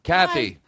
Kathy